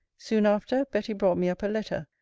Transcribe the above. soon after, betty brought me up a letter,